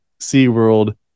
SeaWorld